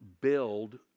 build